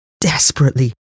desperately